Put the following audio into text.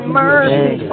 mercy